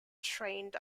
trained